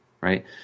right